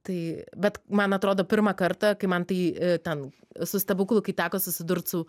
tai bet man atrodo pirmą kartą kai man tai ten su stebuklu kai teko susidurt su